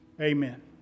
Amen